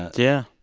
yeah,